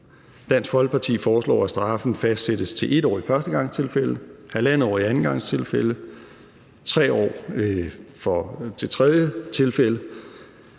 Dansk Folkeparti foreslår, at straffen fastsættes til 1 år i førstegangstilfælde, 1½ år i andengangstilfælde og 3 år i tredjegangstilfælde.